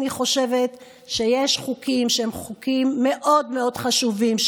אני חושבת שיש חוקים שהם חוקים מאוד מאוד חשובים,